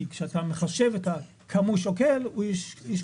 כי כשאתה מחשב כמה הוא שוקל, הוא נשקל אחרת.